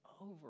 over